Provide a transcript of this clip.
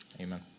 Amen